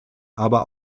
aber